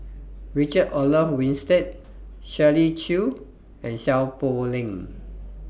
Richard Olaf Winstedt Shirley Chew and Seow Poh Leng